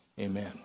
amen